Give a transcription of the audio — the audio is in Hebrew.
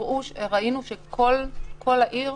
לא מצאנו בשום מקום בתקנות האלה